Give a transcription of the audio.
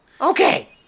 Okay